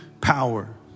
power